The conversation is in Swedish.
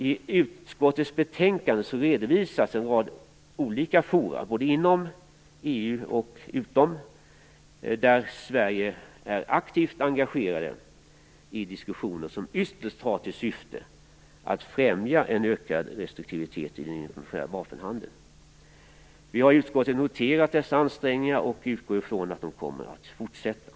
I utskottets betänkande redovisas en rad olika forum både inom och utom EU där Sverige är aktivt engagerat i diskussioner som ytterst har till syfte att främja en ökad restriktivitet i den internationella vapenhandeln. Utskottet har noterat dessa ansträngningar och utgår från att de kommer att fortsätta.